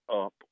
up